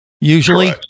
usually